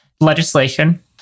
legislation